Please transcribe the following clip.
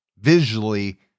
visually